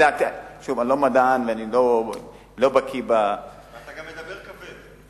שוב, אני לא מדען, ואני לא בקי, אתה גם מדבר כבד.